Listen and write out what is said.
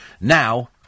now